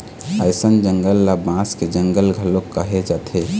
अइसन जंगल ल बांस के जंगल घलोक कहे जाथे